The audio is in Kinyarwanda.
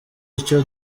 icyo